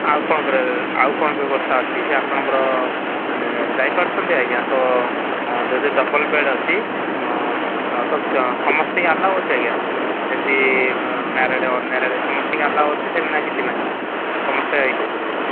ଆଉ କ'ଣ ଆଉ କ'ଣ ବ୍ୟବସ୍ଥା ଅଛି ସେ ଆପଣଙ୍କର ଯାଇପାରୁଛନ୍ତି ଆଜ୍ଞା ତ ଯୋଉ ଯୋଉ ଡବଲ ବେଡ୍ ଅଛି ତ ସମସ୍ତଙ୍କୁ ଆଲାଉ ଅଛି ଆଜ୍ଞା ଯେମିତି ମ୍ୟାରେଡ୍ ଅନମ୍ୟାରେଡ୍ ସମସ୍ତଙ୍କ ଆଲାଉ ଅଛି ସେମିତି ନା କିଛି ନାହିଁ ସମସ୍ତେ ଏଇ କରିପାରିବେ